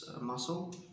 muscle